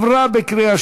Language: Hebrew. נתקבל.